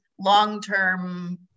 long-term